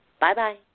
Bye-bye